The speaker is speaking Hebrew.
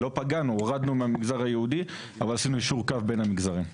הורדנו מהמגזר היהודי ועשינו יישור קו בין המגזרים.